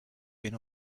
been